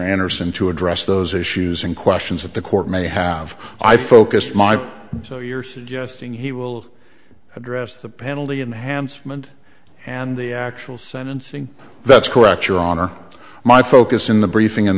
anderson to address those issues and questions that the court may have i focused my so you're suggesting he will address the penalty in the hands and and the actual sentencing that's correct your honor my focus in the briefing in